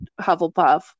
Hufflepuff